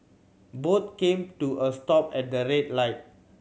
both came to a stop at a red light